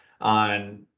on